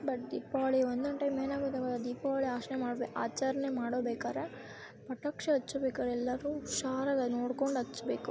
but Deepavali ಒಂದೊಂದು time ಏನಾಗುತ್ತೆ ಗೊತ್ತಾ ದೀಪಾವಳಿ ಆಶ್ನೆ ಮಾಡ್ಬೆ ಆಚರ್ಣೆ ಮಾಡಬೇಕಾರೆ ಪಟಾಕಿ ಹಚ್ಬೇಕಾರ್ ಎಲ್ಲರೂ ಹುಷಾರಾಗಿ ನೋಡ್ಕೊಂಡು ಹಚ್ಬೇಕು